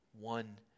One